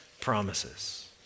promises